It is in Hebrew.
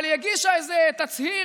אבל היא הגישה איזה תצהיר,